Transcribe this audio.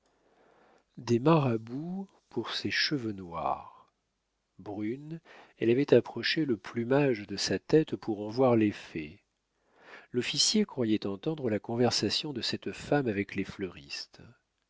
des marabouts pour ses cheveux noirs brune elle avait approché le plumage de sa tête pour en voir l'effet l'officier croyait entendre la conversation de cette femme avec les fleuristes